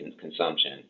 consumption